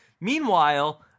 Meanwhile